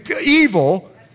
evil